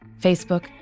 Facebook